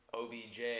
OBJ